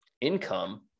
income